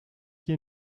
hier